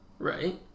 Right